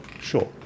sure